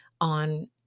on